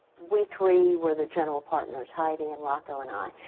we three were the general partners, heidi and rocco and i.